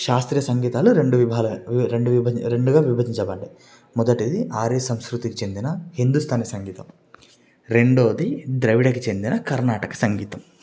శాస్త్రీయ సంగీతాలు రెండు విభాలు రెండు విభజ రెండుగా విభజించబడ్డాయి మొదటిది ఆర్య సంస్కృతికి చెందిన హిందుస్థానీ సంగీతం రెండోది ద్రవిడకు చెందిన కర్ణాటక సంగీతం